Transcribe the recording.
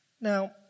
Now